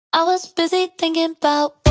i was busy thinkin' about